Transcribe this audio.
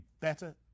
better